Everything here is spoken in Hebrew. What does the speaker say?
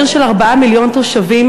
עיר של 4 מיליון תושבים,